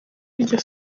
iryo